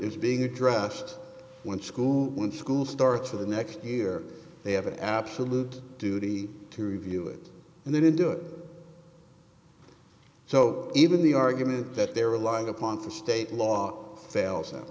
is being addressed when school when school starts for the next year they have an absolute duty to review it and then undo it so even the argument that they're relying upon the state law f